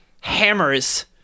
hammers